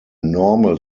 normal